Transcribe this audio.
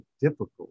difficult